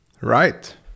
right